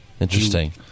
Interesting